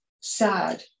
sad